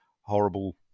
horrible